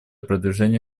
продвижения